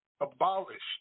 abolished